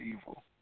evil